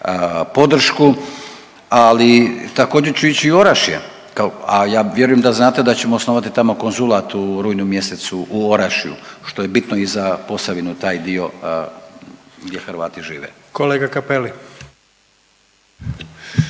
podršku, ali također ću ići u Orašje kao, a ja vjerujem da znate da ćemo osnovati tamo kozulat u rujnu mjesecu u Orašju, što je bitno i sa Posavinu taj dio gdje Hrvati žive. **Jandroković,